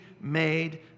made